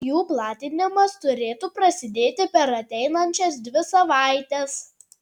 jų platinimas turėtų prasidėti per ateinančias dvi savaites